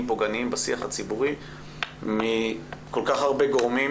פוגעניים בשיח הציבורי מכל כך הרבה גורמים